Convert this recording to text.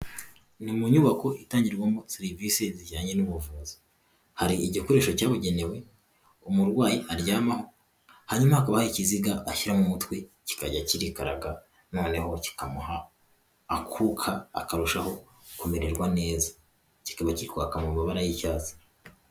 Ni mu nyubako itangirwamo serivisi zijyanye n'ubuvuzi, hari igikoresho cyabugenewe umurwayi aryamaho hanyuma hakaba hari ikiziga ashyiramo umutwe kikajya kiririkaraga noneho kikamuha akuka akarushaho kumererwa neza, kikaba kiri kwaka mu mababara y'icyatsi.